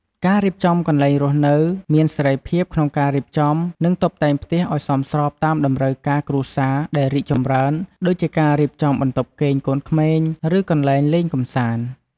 ការរៀបចំកន្លែងរស់នៅ មានសេរីភាពក្នុងការរៀបចំ និងតុបតែងផ្ទះឲ្យស្របតាមតម្រូវការគ្រួសារដែលរីកចម្រើន ដូចជាការរៀបចំបន្ទប់គេងកូនក្មេង ឬកន្លែងលេងកម្សាន្ត។